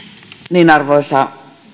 arvoisa